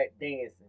dancing